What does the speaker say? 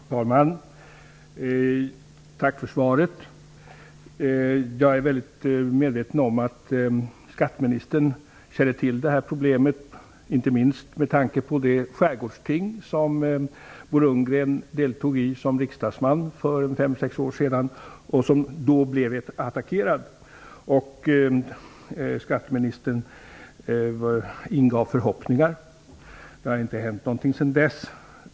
Fru talman! Tack för svaret. Jag är medveten om att skatteministern känner till detta problem, inte minst med tanke på det skärgårdsting som Bo Lundgren som riksdagsman deltog i för fem sex år sedan, då han blev attackerad. Skatteministern ingav vissa förhoppningar, men det har inte hänt någonting sedan dess.